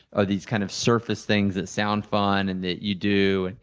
are these kind of surface things that sound fun and that you do,